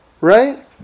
right